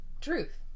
truth